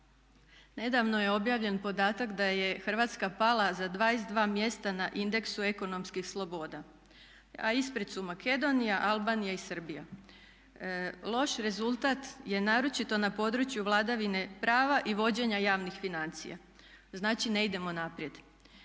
Nedavno je objavljen podatak da je Hrvatska pala za 22 mjesta na indexu ekonomskih sloboda, a ispred su Makedonija, Albanija i Srbija. Loš rezultat je naročito na području vladavine prava i vođenja javnih financija, znači ne idemo naprijed.